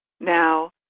Now